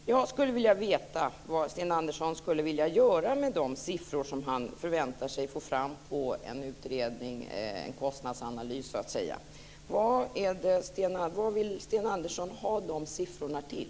Jag skulle vilja veta vad Sten Andersson skulle vilja göra med de siffror som han förväntar sig att få fram från en utredning, en kostnadsanalys så att säga. Vad vill Sten Andersson ha de siffrorna till?